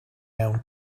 mewn